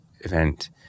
event